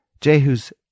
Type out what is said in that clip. Jehu's